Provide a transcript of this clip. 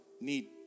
need